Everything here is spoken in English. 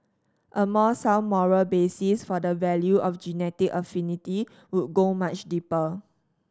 a more sound moral basis for the value of genetic affinity would go much deeper